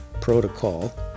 protocol